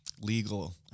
Legal